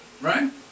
Right